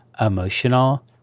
emotional